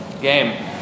game